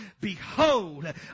Behold